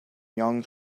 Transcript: young